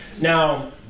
Now